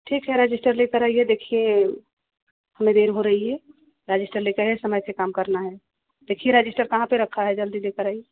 ठीक है रजिस्टर ले कर आइए देखिए हमें देर हो रही है रजिस्टर ले कर आइए समय से काम करना है देखिए रजिस्टर कहाँ पर रखा है जल्दी ले कर आइए